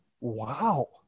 Wow